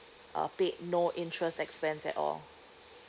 uh paid no interest expense at all